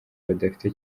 badafite